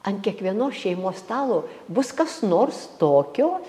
ant kiekvienos šeimos stalo bus kas nors tokio